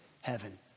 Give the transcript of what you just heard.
heaven